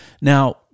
Now